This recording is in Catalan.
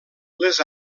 les